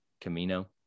Camino